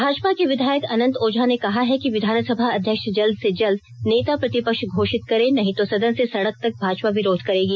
भाजपा के विधायक अनंत ओझा ने कहा है कि विधानसभा अध्यक्ष जल्द से जल्द नेता प्रतिपक्ष घोषित करें नही तो सदन से सड़क तक भाजपा विरोध करेगी